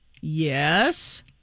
yes